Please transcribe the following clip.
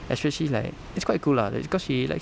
especially like it's quite cool lah that's because she likes